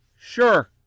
Sure